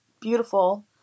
beautiful